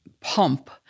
pump